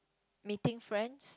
meeting friends